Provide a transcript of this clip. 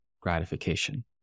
gratification